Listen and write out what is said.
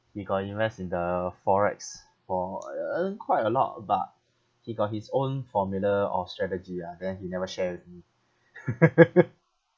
he got invest in the forex for ea~ earn quite a lot but he got his own formula or strategy ah then he never share with me